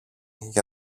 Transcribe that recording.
για